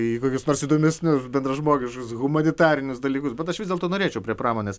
į kokius nors įdomesnius bendražmogiškus humanitarinius dalykus bet aš vis dėlto norėčiau prie pramonės